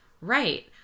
Right